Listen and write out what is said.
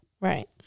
Right